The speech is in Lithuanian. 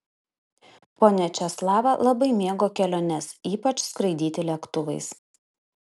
ponia česlava labai mėgo keliones ypač skraidyti lėktuvais